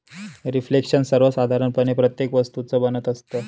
reflection सर्वसाधारणपणे प्रत्येक वस्तूचं बनत असतं